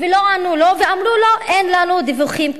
ולא ענו לו, אמרו לו: אין לנו דיווחים כאלה,